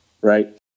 right